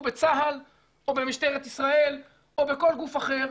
בצה"ל או במשטרת ישראל או בכל גוף אחר.